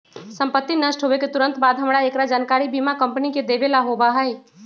संपत्ति नष्ट होवे के तुरंत बाद हमरा एकरा जानकारी बीमा कंपनी के देवे ला होबा हई